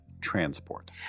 transport